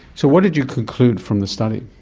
so what did you conclude from the study?